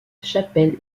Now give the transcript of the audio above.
chapelle